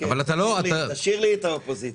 תשאיר לי את האופוזיציה.